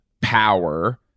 power